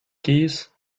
keys